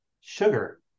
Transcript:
sugar